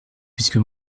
puisque